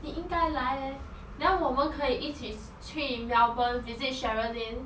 你应该来 leh then 我们可以一起去 melbourne visit sherilyn